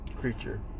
creature